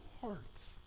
hearts